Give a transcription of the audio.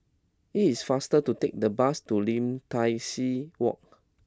It is faster to take the bus to Lim Tai See Walk